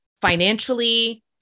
financially